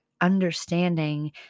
understanding